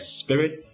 spirit